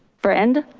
friend?